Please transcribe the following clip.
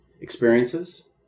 experiences